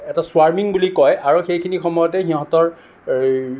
এটা স্ৱোৱাৰ্মিং বুলি কয় আৰু সেইখিনি সময়তে সিহঁতৰ